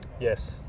yes